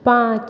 पाँच